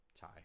tie